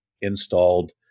installed